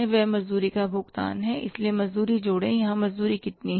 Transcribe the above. वह मजदूरी का भुगतान है इसलिए मजदूरी जोड़ें यहां मजदूरी कितनी है